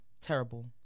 Terrible